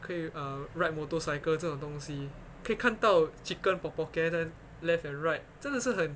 可以 uh ride motorcycle 这种东西可以看到 chicken 在 left and right 真的是很